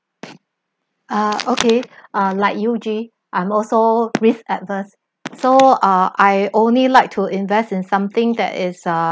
ah okay ah like you gi I'm also risk adverse so ah I only like to invest in something that is uh